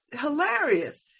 hilarious